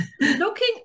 Looking